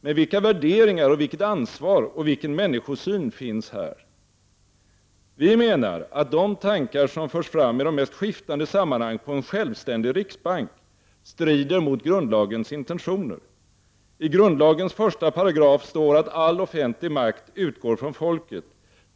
Men vilka värderingar och vilket ansvar och vilken människosyn finns här? Vi menar att de tankar som förs fram i de mest skiftande sammanhang på en självständig riksbank strider mot grundlagens intentioner. I grundlagens första paragraf står att all offentlig makt utgår från folket.